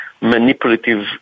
manipulative